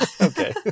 Okay